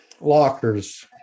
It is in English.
lockers